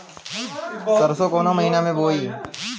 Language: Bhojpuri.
सरसो काउना महीना मे बोआई?